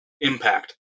impact